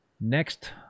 next